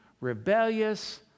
rebellious